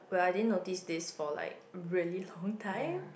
well I didn't notice this for like really long time